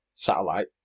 satellite